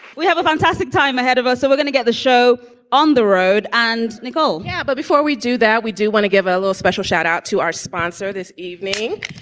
we have a fantastic time ahead of us. so we're going to get the show on the road. and nicole. yeah but before we do that, we do want to give a a little special shout out to our sponsor this evening,